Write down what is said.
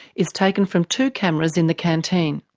is taken from two cameras in the canteen.